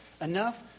enough